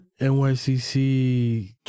NYCC